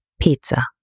pizza